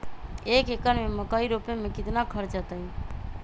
एक एकर में मकई रोपे में कितना खर्च अतै?